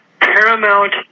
paramount